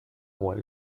what